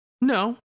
No